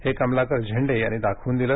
हे कमलाकर झेंडे यांनी दाखवून दिलं